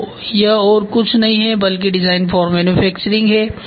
तो यह और कुछ नहीं है बल्कि डिज़ाइन फॉर मैन्युफैक्चरिंग है